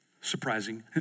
Surprising